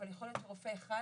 יכול להיות שרופא אחד,